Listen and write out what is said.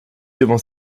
devant